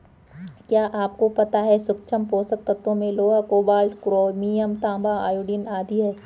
क्या आपको पता है सूक्ष्म पोषक तत्वों में लोहा, कोबाल्ट, क्रोमियम, तांबा, आयोडीन आदि है?